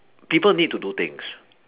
people need to do things